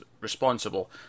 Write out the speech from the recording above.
responsible